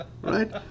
right